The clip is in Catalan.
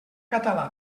català